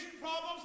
problems